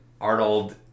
Arnold